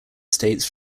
states